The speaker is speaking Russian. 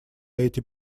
эти